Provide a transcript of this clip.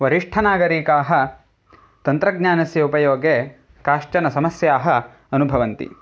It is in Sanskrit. वरिष्ठनागरिकाः तन्त्रज्ञानस्य उपयोगे काश्चनसमस्याः अनुभवन्ति